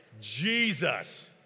Jesus